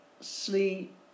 sleep